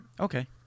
okay